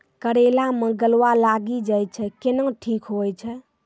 करेला मे गलवा लागी जे छ कैनो ठीक हुई छै?